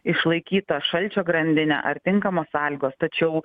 išlaikyta šalčio grandinė ar tinkamos sąlygos tačiau